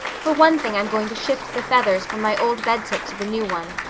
for one thing, i'm going to shift the feathers from my old bedtick to the new one.